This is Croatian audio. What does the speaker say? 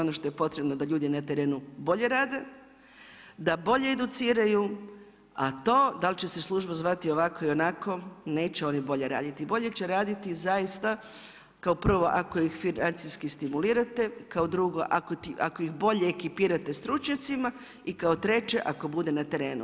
Ono što je potrebno da ljudi na terenu bolje rade, da bolje educiraju a to da li će se služba zvati ovako i onako, neće oni bolje raditi, bolje će raditi zaista kao prvo, ako ih financijski stimulirate, kao drugo ako ih bolje ekipirate stručnjacima i kao treće ako bude na terenu.